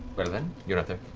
well, then. you're not there.